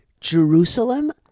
Jerusalem